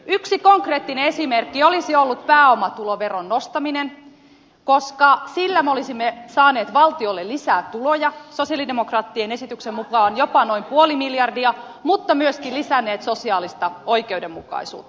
yksi konkreettinen esimerkki olisi ollut pääomatuloveron nostaminen koska sillä me olisimme saaneet valtiolle lisää tuloja sosialide mokraattien esityksen mukaan jopa noin puoli miljardia mutta myöskin lisänneet sosiaalista oikeudenmukaisuutta